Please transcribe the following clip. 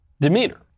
demeanor